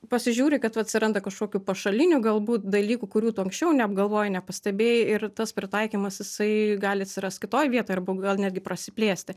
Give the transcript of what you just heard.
pasižiūri kad va atsiranda kažkokių pašalinių galbūt dalykų kurių tu anksčiau neapgalvojai nepastebėjai ir tas pritaikymas jisai gali atsirast kitoj vietoj arba gal netgi prasiplėsti